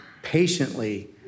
patiently